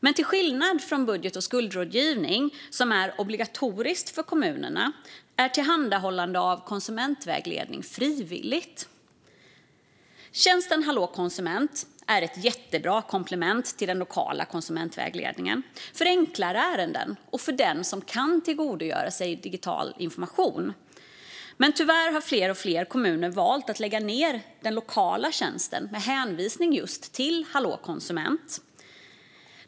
Men till skillnad från budget och skuldrådgivning, som är obligatoriskt för kommunerna, är tillhandahållande av konsumentvägledning frivilligt. Tjänsten Hallå konsument är ett jättebra komplement till den lokala konsumentvägledningen för enklare ärenden och för den som kan tillgodogöra sig digital information. Tyvärr har dock fler och fler kommuner valt att lägga ned den lokala tjänsten med hänvisning till just Hallå konsument.